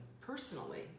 personally